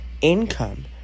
income